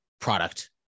product